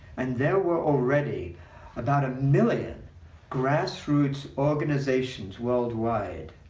and there were already about a million grassroots organizations worldwide.